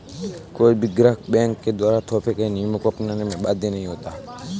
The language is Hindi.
कोई भी ग्राहक बैंक के द्वारा थोपे गये नियमों को अपनाने में बाध्य नहीं होता